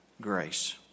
grace